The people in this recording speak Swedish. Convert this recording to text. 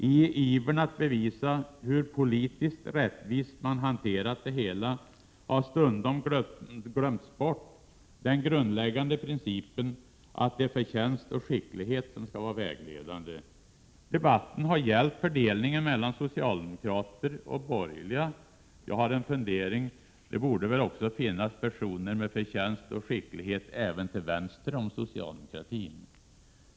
I ivern att bevisa hur politiskt rättvist man hanterat det hela har stundom glömts bort den grundläggande principen, att det är förtjänst och skicklighet som skall vara vägledande. Debatten har gällt fördelniningen mellan socialdemokrater och borgerliga. Jag har den funderingen att det väl borde finnas personer med förtjänst och skicklighet även till vänster om socialdemokratin.